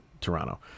Toronto